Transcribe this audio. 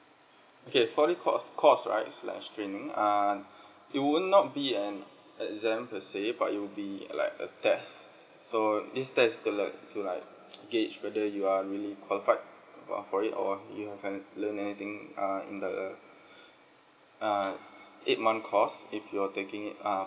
okay for this course course right slash training err you will not be an exam per se but it will be a like a test so this test is to like to like gauge whether you are really qualified uh for it or you have had learn anything uh in the err eight month course if you're taking it um